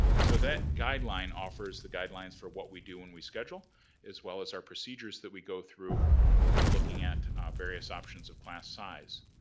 so that guideline offers the guidelines for what we do when we schedule as well as our procedures that we go through when we're look at various options of class size.